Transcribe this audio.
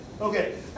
Okay